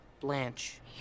Blanche